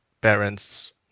parents